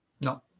No